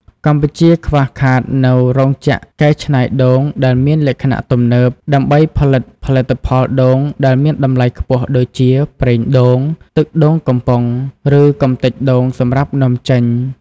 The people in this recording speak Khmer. កម្ពុជាខ្វះខាតនូវរោងចក្រកែច្នៃដូងដែលមានលក្ខណៈទំនើប ដើម្បីផលិតផលិតផលដូងដែលមានតម្លៃខ្ពស់ដូចជា ប្រេងដូង ទឹកដូងកំប៉ុង ឬកម្ទេចដូងសម្រាប់នាំចេញ។